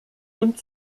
und